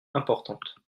importantes